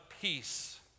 Peace